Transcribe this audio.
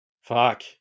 Fuck